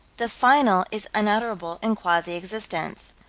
the final is unutterable in quasi-existence,